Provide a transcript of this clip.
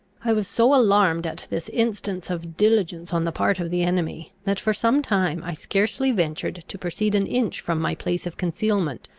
i was so alarmed at this instance of diligence on the part of the enemy, that, for some time, i scarcely ventured to proceed an inch from my place of concealment,